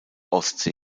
ostsee